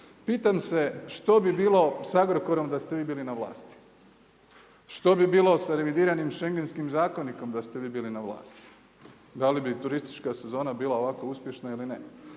Pitam se što bi bio sa Agrokorom da ste vi bili na vlasti? Što bi bilo sa revidiranim Šengenskim zakonikom da ste vi bili na vlasti? Da li bi turistička sezona bila ovako uspješna ili ne?